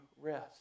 rest